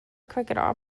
cricketer